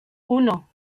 uno